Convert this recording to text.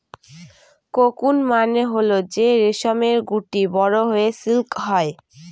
cocoon মানে হল যে রেশমের গুটি বড়ো হয়ে সিল্ক হয়